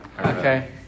Okay